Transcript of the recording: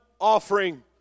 offering